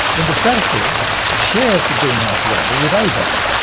in the stratosphere it shares the greenhouse role with ozone.